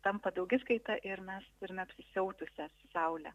tampa daugiskaita ir mes turime apsisiautusias saule